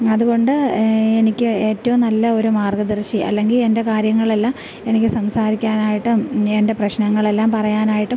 അതുകൊണ്ട് എനിക്ക് ഏറ്റവും നല്ല ഒരു മാർഗ്ഗദർശി അല്ലെങ്കിൽ എൻ്റെ കാര്യങ്ങളെല്ലാം എനിക്ക് സംസാരിക്കാനായിട്ടും എൻ്റെ പ്രശ്നങ്ങളെല്ലാം പറയാനായിട്ടും